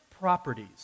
properties